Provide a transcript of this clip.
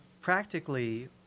practically